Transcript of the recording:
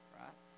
right